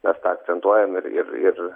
mes tą akcentuojam ir ir ir